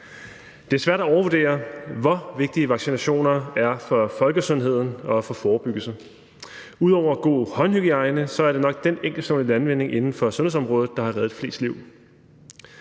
Det er svært at overvurdere, hvor vigtigt vaccinationer er for folkesundheden og for forebyggelsen. Ud over god håndhygiejne er det nok den enkeltstående landvinding inden for sundhedsområdet, der har reddet flest liv.